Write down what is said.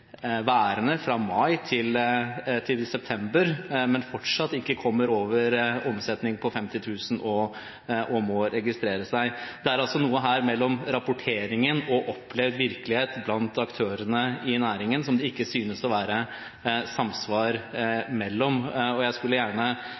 værende fra mai til september, men fortsatt ikke kommer over en omsetning på 50 000 kr og må registrere seg. Det er altså noe mellom rapporteringen og opplevd virkelighet blant aktørene i næringen som det ikke synes å være samsvar mellom. Jeg skulle gjerne